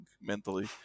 mentally